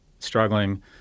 struggling